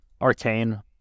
Arcane